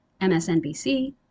MSNBC